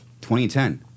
2010